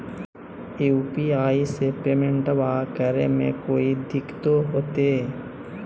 UPI से पेमेंटबा करे मे कोइ दिकतो होते?